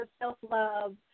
self-love